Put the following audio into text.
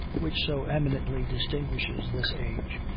which so eminently distinguishes this age,